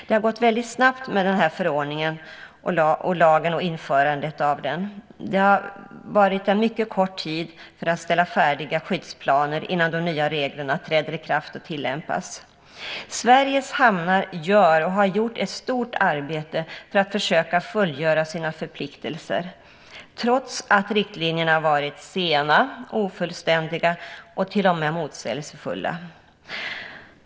Det har gått väldigt snabbt med den här förordningen och lagen och införandet av den. Det har varit en mycket kort tid för färdigställande av skyddsplaner innan de nya reglerna träder i kraft och tillämpas. Sveriges hamnar gör och har gjort ett stort arbete för att försöka fullgöra sina förpliktelser trots att riktlinjerna varit sena, ofullständiga och till och med motsägelsefulla.